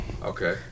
Okay